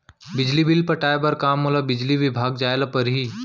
बिजली बिल पटाय बर का मोला बिजली विभाग जाय ल परही?